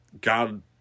God